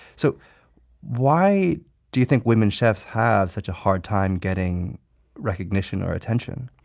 so why do you think women chefs have such a hard time getting recognition or attention?